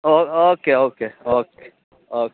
okay okay okay okay